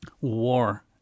war